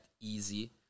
easy